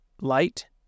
light